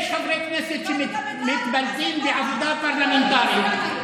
יש חברי כנסת שמתבלטים בעבודה פרלמנטרית,